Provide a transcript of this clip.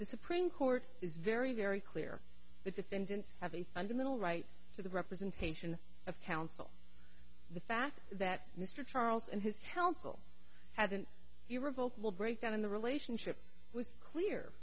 the supreme court is very very clear the defendant has a fundamental right to the representation of counsel the fact that mr charles and his helpful hasn't he revoked will break down in the relationship was clear